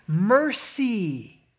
mercy